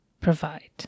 provide